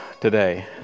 today